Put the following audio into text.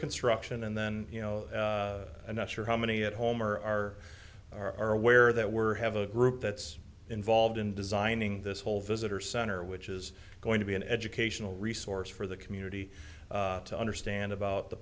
construction and then you know i'm not sure how many at home or are are aware that were have a group that's involved in designing this whole visitor center which is going to be an educational resource for the community to understand about the